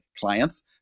clients